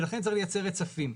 לכן צריך לייצר רצפים.